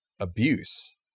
abuse